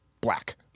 Black